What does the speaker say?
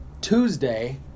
Tuesday